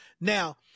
Now